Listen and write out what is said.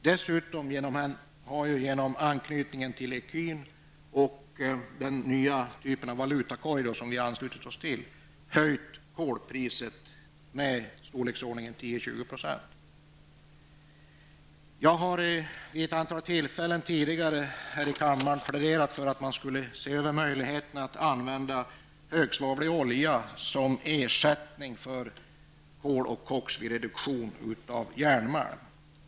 Dessutom har ju kolpriset höjts med ca 10--20 % genom anknytningen till ecun och den nya typ av valutakorg som vi har anslutit oss till. Jag har vid ett antal tillfällen tidigare här i kammaren pläderat för att man skulle se över möjligheterna att använda högsvavlig olja som ersättning för kol och koks vid reduktion av järnmalm.